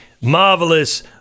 marvelous